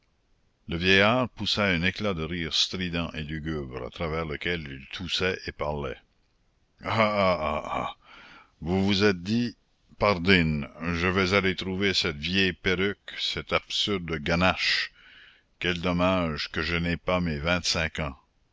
le vieillard poussa un éclat de rire strident et lugubre à travers lequel il toussait et parlait ah ah ah vous vous êtes dit pardine je vais aller trouver cette vieille perruque cette absurde ganache quel dommage que je n'aie pas mes vingt-cinq ans